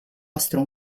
austro